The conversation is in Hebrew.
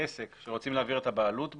עסק שרוצים להעביר את הבעלות בו,